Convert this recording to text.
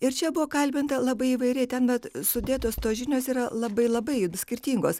ir čia buvo kalbinta labai įvairiai ten bet sudėtos tos žinios yra labai labai skirtingos